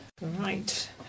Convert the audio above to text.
Right